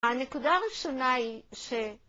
הנקודה הראשונה היא ש...